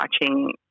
watching